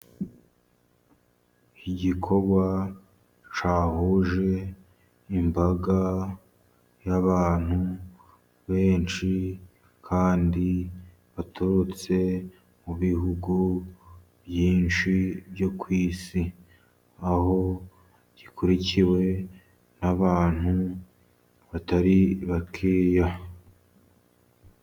Igikorwa cyahuje imbaga y'abantu benshi, kandi baturutse mu bihugu byinshi byo ku isi, aho gikurikiwe n'abantu batari bakeya.